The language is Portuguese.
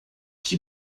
que